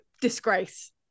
disgrace